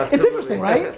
it's interesting, right?